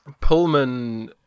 Pullman